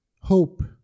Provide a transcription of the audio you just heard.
Hope